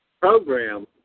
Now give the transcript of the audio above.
program